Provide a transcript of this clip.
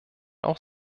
auch